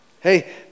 Hey